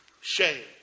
shame